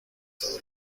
todo